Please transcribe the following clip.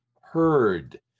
heard